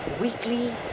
Weekly